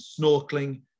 snorkeling